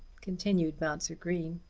continued mounser green.